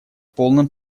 полном